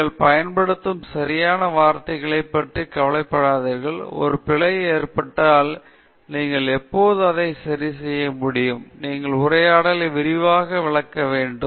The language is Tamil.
நீங்கள் பயன்படுத்தும் சரியான வார்த்தைகளைப் பற்றி கவலைப்படாதீர்கள் ஒரு பிழை ஏற்பட்டால் நீங்கள் எப்போதும் அதை சரிசெய்ய முடியும் நீங்கள் உரையாடலை விரிவாக விளக்க வேண்டும்